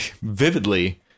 vividly